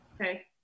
Okay